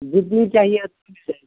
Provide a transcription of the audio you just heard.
جتنی بھی چاہئیں آپ کو مل جائے گی